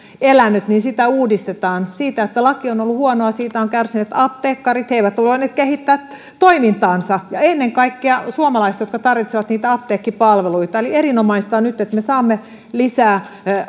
elänyt uudistetaan siitä että laki on ollut huonoa ovat kärsineet apteekkarit he eivät ole voineet kehittää toimintaansa ja ennen kaikkea suomalaiset jotka tarvitsevat apteekkipalveluita eli erinomaista on nyt että me saamme lisää